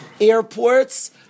airports